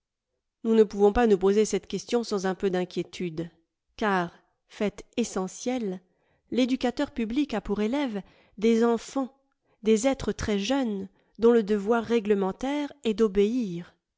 nous ne pouvons pas nous poser cette question sans un peu d'inquiétude car fait essentiel l'éducateur public a pour élèves des enfants des êtres très jeunes dont le devoir réglementaire est d'obéir